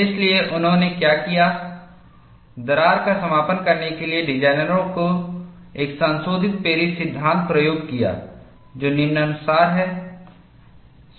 इसलिए उन्होंने क्या किया है दरार का समापन करने के लिए डिजाइनरों ने एक संशोधित पेरिस सिद्धांत प्रयोग किया है जो निम्नानुसार है